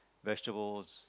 vegetables